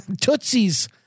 Tootsie's